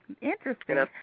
Interesting